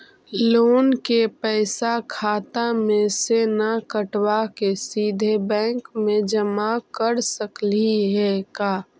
Loan के पैसा खाता मे से न कटवा के सिधे बैंक में जमा कर सकली हे का?